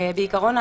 בעיקרון,